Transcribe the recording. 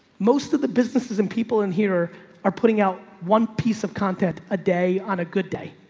most of the businesses and people in here are putting out one piece of content a day on a good day,